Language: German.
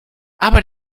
aber